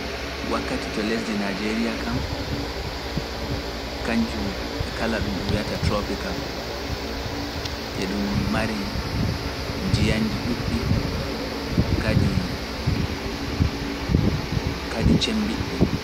Wakkati to lesdi Najeriya kam, kañjum kala ɗum ɗum wi’ata tropika, yeɗum mari njiyanji ɗuuɗɗi kadi cemmbiɗɗi.